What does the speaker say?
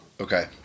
Okay